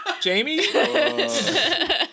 Jamie